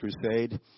Crusade